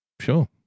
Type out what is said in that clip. Sure